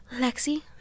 Lexi